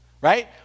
right